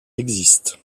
existent